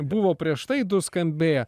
buvo prieš tai du skambėjo